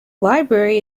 library